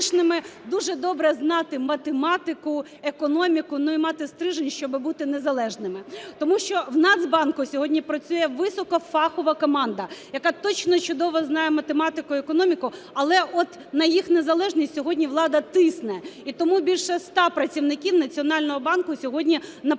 дуже добре знати математику, економіку, і мати стрижень, щоб бути незалежними. Тому що у Нацбанку сьогодні працює високофахова команда, яка точно чудово знає математику і економіку, але от на їх незалежність сьогодні влада тисне і тому більше 100 працівників Національного банку сьогодні написали